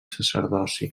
sacerdoci